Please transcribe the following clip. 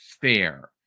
fair